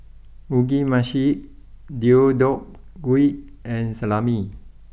Mugi Meshi Deodeok Gui and Salami